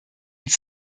uns